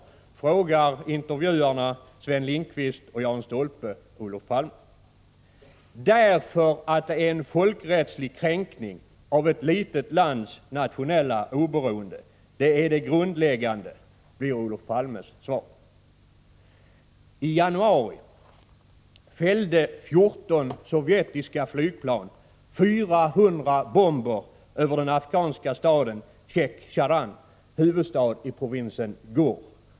frågar intervjuarna Sven Lindqvist och Jan Stolpe Olof Palme. Därför att den är en folkrättslig kränkning av ett litet lands nationella oberoende. Det är det grundläggande, blir Olof Palmes svar. I januari fällde 14 sovjetiska flygplan 400 bomber över den afghanska staden Chekh-Charan, huvudstad i provinsen Ghoor.